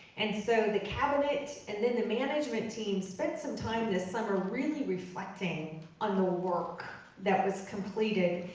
and so the cabinet, and then the management team spent some time this summer really reflecting on the work that was completed,